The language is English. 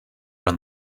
run